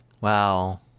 Wow